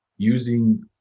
using